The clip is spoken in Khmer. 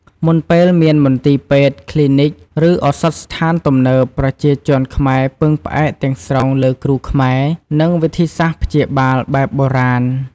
មុនពេលមានមន្ទីរពេទ្យ គ្លីនិក ឬឱសថស្ថានទំនើប ប្រជាជនខ្មែរពឹងផ្អែកទាំងស្រុងលើគ្រូខ្មែរ និងវិធីសាស្ត្រព្យាបាលបែបបុរាណ។